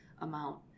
amount